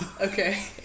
okay